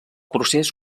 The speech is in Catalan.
procés